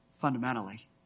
fundamentally